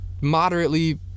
moderately